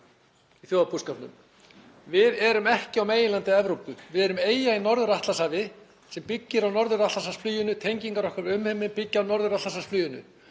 í þjóðarbúskapnum. Við erum ekki á meginlandi Evrópu. Við erum eyja í Norður-Atlantshafi sem byggir á Norður-Atlantshafsfluginu. Tengingar okkar við umheiminn byggja á Norður-Atlantshafsfluginu.